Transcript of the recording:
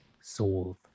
solve